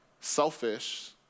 selfish